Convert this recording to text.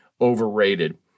overrated